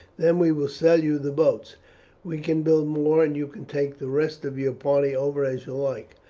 then we will sell you the boats we can build more and you can take the rest of your party over as you like.